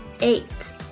Eight